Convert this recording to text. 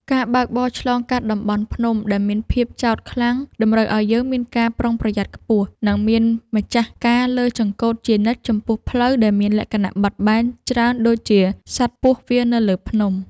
ការបើកបរឆ្លងកាត់តំបន់ភ្នំដែលមានភាពចោតខ្លាំងតម្រូវឱ្យយើងមានការប្រុងប្រយ័ត្នខ្ពស់ និង មានម្ចាស់ការលើចង្កូតជានិច្ចចំពោះផ្លូវដែលមានលក្ខណៈបត់បែនច្រើនដូចជាសត្វពស់វារនៅលើភ្នំ។